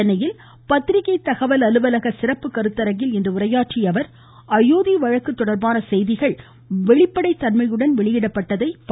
சென்னையில் பத்திரிக்கை தகவல் அலுவலக சிறப்பு கருத்தரங்கில் இன்று பேசியஅவர் அயோத்தி வழக்கு தொடர்பான செய்திகள் வெளிப்படைத் தன்மையுடன் வெளியிடப்பட்டதை பாராட்டினார்